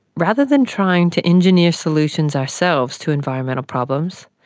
rather than trying to engineer solutions ourselves to environmental problems,